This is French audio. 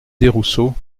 desrousseaux